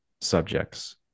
subjects